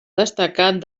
destacat